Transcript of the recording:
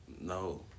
No